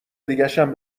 دیگشم